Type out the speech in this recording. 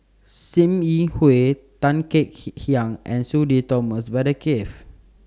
SIM Yi Hui Tan Kek Hiang and Sudhir Thomas Vadaketh